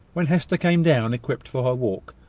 when hester came down, equipped for her walk,